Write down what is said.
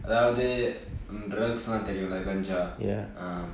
அதாவது:athaavathu drugs தெரியும்ல கன்ஜா:theriyumla ganjaa uh